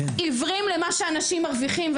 עיוורים למה שאנשים מרוויחים.